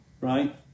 Right